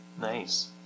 Nice